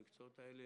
המקצועות האלה